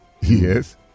Yes